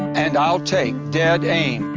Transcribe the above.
and i'll take dead aim.